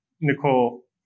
Nicole